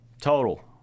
total